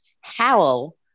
Howl